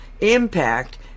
impact